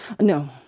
No